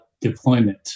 deployment